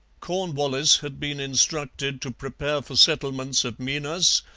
cornwallis had been instructed to prepare for settlements at minas,